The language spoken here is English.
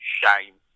shame